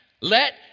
let